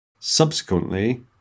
Subsequently